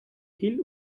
till